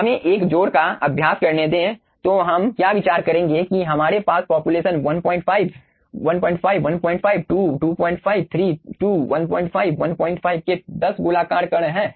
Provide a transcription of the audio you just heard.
हमें एक जोड़ का अभ्यास करने दें तो हम क्या विचार करेंगे कि हमारे पास पापुलेशन 15 15 15 2 25 3 2 15 15 के 10 गोलाकार कण हैं